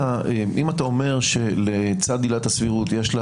אם אתה אומר שלצד עילת הסבירות יש לה